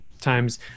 times